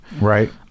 Right